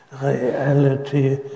reality